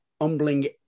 humbling